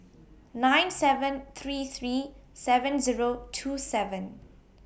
nine seven three three seven Zero two seven